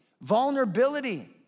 vulnerability